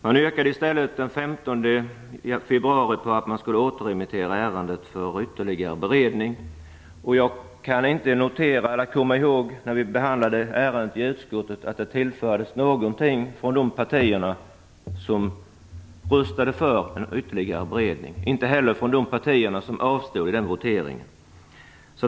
Man yrkade i stället den 15 februari på att ärendet skulle återremitteras för ytterligare beredning. Jag kan inte notera eller komma ihåg att det när vi behandlade ärendet i utskottet tillfördes någonting från de partier som röstade för ytterligare beredning, inte heller från de partier som avstod i den voteringen.